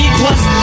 plus